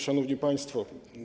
Szanowni Państwo!